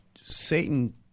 Satan